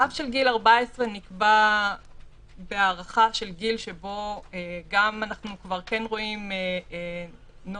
הרף של גיל 14 נקבע בהערכה של גיל שבו אנחנו כבר רואים נוער